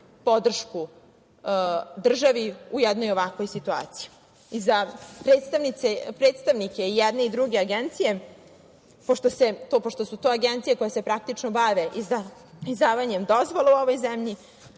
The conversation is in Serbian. podršku državi u jednoj ovakvoj situaciji, za predstavnike i jedne i druge agencije, pošto su to agencije koje se praktično bave izdavanjem dozvola u ovoj zemlji,